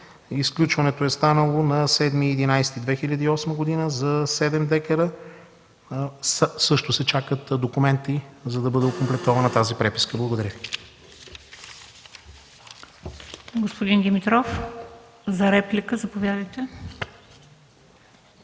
Изключването е станало на 7 ноември 2008 г. за 7 декара. Също се чакат документи, за да бъде окомплектована преписката. Благодаря.